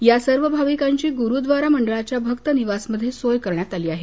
या सर्व भाविकांची गुरूव्दारा मंडळाच्या भक्त निवासमध्ये सोय करण्यात आली आहे